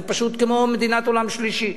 זה פשוט כמו מדינת עולם שלישי.